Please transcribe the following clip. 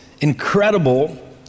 incredible